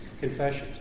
confessions